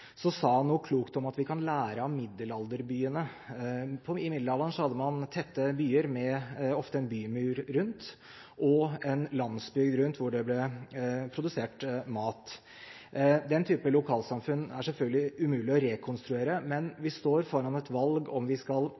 sa han noe klokt om at vi kan lære av middelalderbyene. I middelalderen hadde man tette byer, ofte med en bymur rundt, og en landsby rundt, hvor det ble produsert mat. Den type lokalsamfunn er selvfølgelig umulig å rekonstruere, men vi står foran et valg om vi skal